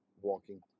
walking